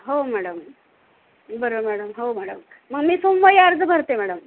हो मॅडम बरं मॅडम हो मॅडम मग मी सोमवारी अर्ज भरते मॅडम